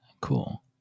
Cool